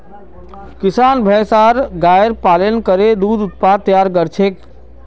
किसान भैंस आर गायर पालन करे दूध उत्पाद तैयार कर छेक